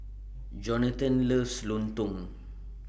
Jonatan loves Lontong